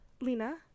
Lena